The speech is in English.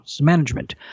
management